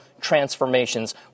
transformations